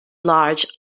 large